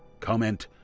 comment,